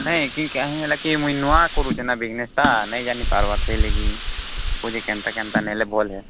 ନାଇଁ କି କାଏଁ ହେଲା କି ମୁଇଁ ନୂଆ କରୁଛେ ନା ବିଜନେସ୍ଟା ନାଇଁ ଜାନି ପାର୍ବାର୍ ସେଇଲାଗି ବୋଲୁଥିଲି କେନ୍ତା କେନ୍ତା ନେଲେ ଭଲ୍ ହଏ